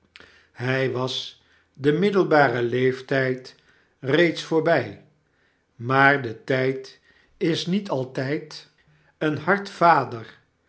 hij was den middelbaren leeftijd reeds voorbij maar de tijd is niet altijd een hard vader